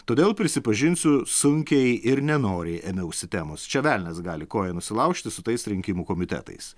todėl prisipažinsiu sunkiai ir nenoriai ėmiausi temos čia velnias gali koją nusilaužti su tais rinkimų komitetais